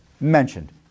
mentioned